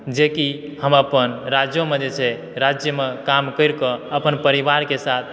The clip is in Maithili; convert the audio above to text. जेकि हम अपन राज्योमे जे छै राज्य मे काम करि कऽ अपन परिवारके साथ